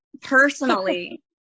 personally